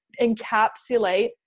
encapsulate